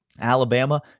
Alabama